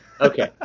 Okay